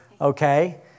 Okay